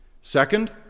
Second